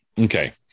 Okay